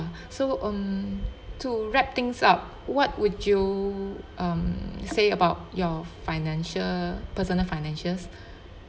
so um to wrap things up what would you um say about your financial personal financials